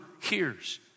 hears